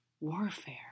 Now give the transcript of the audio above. warfare